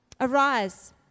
Arise